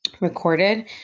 recorded